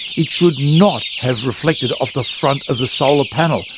it should not have reflected off the front of the solar panel.